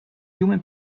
human